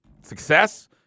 success